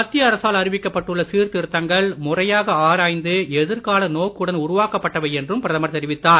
மத்திய அரசால் அறிவிக்கப்பட்டுள்ள சீர் திருத்தங்கள் முறையாக ஆராய்ந்து எதிர்கால நோக்குடன் உருவாக்கப்பட்டவை என்று பிரதமர் தெரிவித்தார்